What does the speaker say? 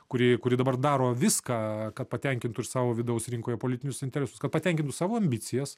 kuri kuri dabar daro viską kad patenkintų ir savo vidaus rinkoje politinius interesus kad patenkintų savo ambicijas